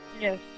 Yes